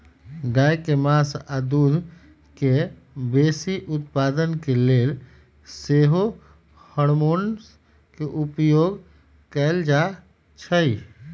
गाय के मास आऽ दूध के बेशी उत्पादन के लेल सेहो हार्मोन के उपयोग कएल जाइ छइ